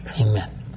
Amen